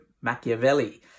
Machiavelli